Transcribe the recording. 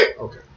Okay